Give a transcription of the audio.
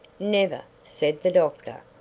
never, said the doctor.